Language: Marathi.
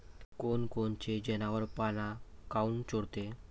कोनकोनचे जनावरं पाना काऊन चोरते?